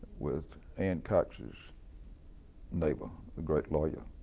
with anne cox's neighbor, the great lawyer,